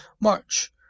March